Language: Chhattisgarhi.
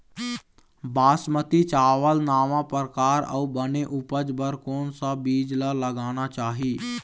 बासमती चावल नावा परकार अऊ बने उपज बर कोन सा बीज ला लगाना चाही?